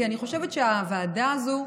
כי אני חושבת שהוועדה הזאת,